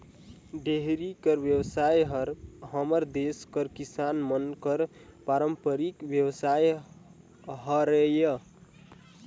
dairy कर बेवसाय हर हमर देस कर किसान मन कर पारंपरिक बेवसाय हरय